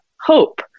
hope